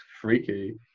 freaky